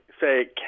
say